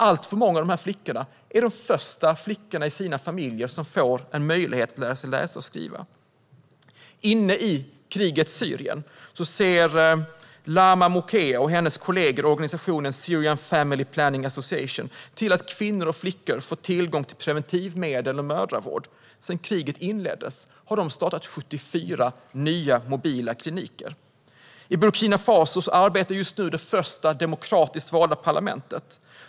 Alltför många av dessa flickor är de första flickorna i sina familjer som får en möjlighet att lära sig läsa och skriva. Inne i krigets Syrien ser Lama Mouakea och hennes kollegor i organisationen Syrian Family Planning Association till att kvinnor och flickor får tillgång till preventivmedel och mödravård. Sedan kriget inleddes har de startat 74 nya mobila kliniker. I Burkina Faso arbetar just nu det första demokratiskt valda parlamentet.